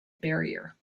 barrier